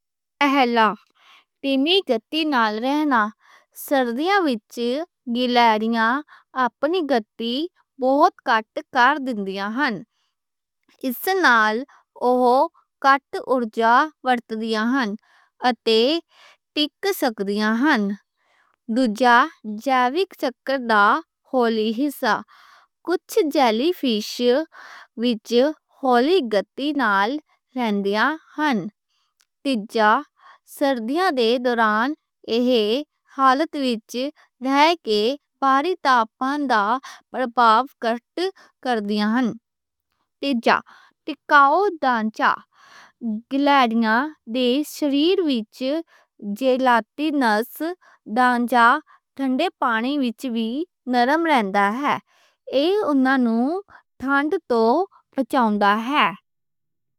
سردیاں وِچ jelly fish اپنی گتی کٹ کر لیندا ہے۔ ایس نال اوہ انرجی کٹ ورت دی ہے تے بچ سک دی ہے۔ سردیاں دے دوران ہولی گتی نال رہ کے پاڑی تاپاں دا اثر کٹ دیندا ہے۔ فزیولوجی وِچ وی وِکھائی جِندا ہے کہ اوہدا بدن نِسبتاً نرم رہندا ہے۔ شریر وِچ جیلاٹِنَس ڈھانچا ٹھنڈے پانی وِچ وی نَرَم رہندا ہے۔ ایہہ اوہنوں ٹھنڈ توں بچاؤندا ہے۔